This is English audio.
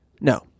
No